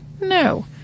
No